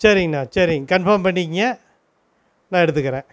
சரிங்ணா சேரிங்க கன்ஃபார்ம் பண்ணிக்கொங்க நான் எடுத்துக்கிறேன்